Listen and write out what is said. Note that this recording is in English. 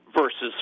versus